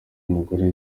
umugore